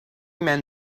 men